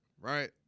right